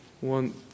One